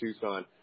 Tucson